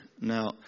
Now